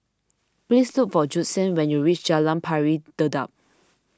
please look for Judson when you reach Jalan Pari Dedap